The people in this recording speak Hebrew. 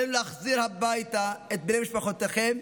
עלינו להחזיר הביתה את בני משפחותיכם,